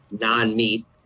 non-meat